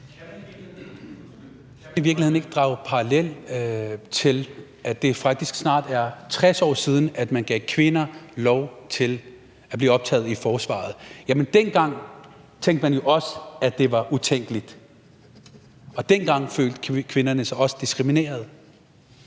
man i virkeligheden ikke drage parallel til, at det faktisk snart er 60 år siden, at man gav kvinder lov til at blive optaget i forsvaret? Dengang tænkte man jo også, at det var utænkeligt, og dengang følte kvinderne sig også diskrimineret.